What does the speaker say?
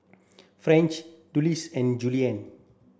French Dulcie and Jillian